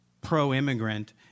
pro-immigrant